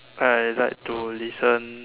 I like to listen